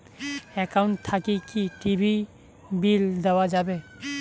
Account থাকি কি TV bill দেওয়া যাবে?